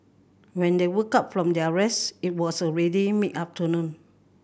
when they woke up from their rest it was already mid afternoon